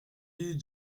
rue